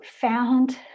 found